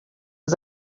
was